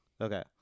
Okay